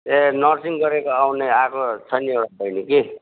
ए nursing गरेको आउने आएको छ नि एउटा बहिनी कि